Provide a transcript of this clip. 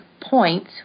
points